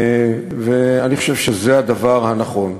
ואני חושב שזה הדבר הנכון.